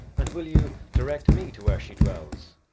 and will you direct me to where she dwells?